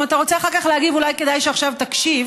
אם אתה רוצה אחר כך להגיב אולי כדאי שעכשיו תקשיב,